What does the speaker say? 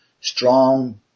strong